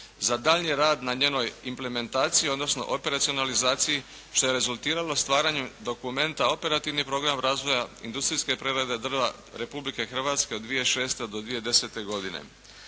za daljnji rad na njenoj implementaciji, odnosno operacionalizaciji, što je rezultiralo stvaranjem dokumenta operativni program razvoja industrijske prerade drva Republike Hrvatske od 2006. do 2010. godine.